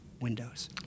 Windows